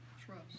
trust